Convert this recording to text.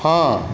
हाँ